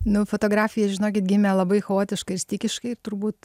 nu fotografija žinokit gimė labai chaotiškai ir stichiškai turbūt